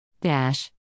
dash